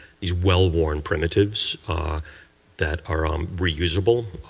these well-worn primitives that are um reusable.